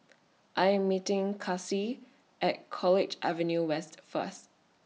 I Am meeting Kaci At College Avenue West First